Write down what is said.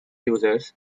users